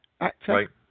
actor